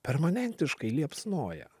permanentiškai liepsnoja